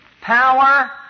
Power